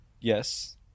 Yes